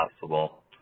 possible